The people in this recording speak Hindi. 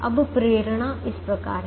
अब प्रेरणा इस प्रकार है